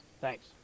Thanks